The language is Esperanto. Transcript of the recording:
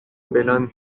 belan